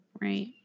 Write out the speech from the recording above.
Right